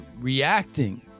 reacting